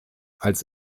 als